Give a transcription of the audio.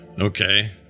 okay